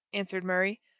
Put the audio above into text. answered murray.